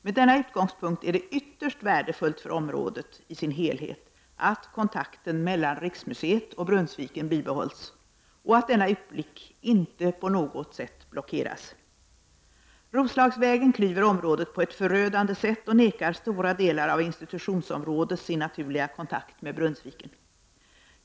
Med denna utgångspunkt är det ytterst värdefullt för området i sin helhet att kontakten mellan Riksmuseet och Brunnsviken bibehålls och att denna utblick inte på något sätt blockeras. Roslagsvägen klyver området på ett förödande sätt och nekar stora delar av institutionsområdet sin naturliga kontakt med Brunnsviken.